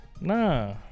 Nah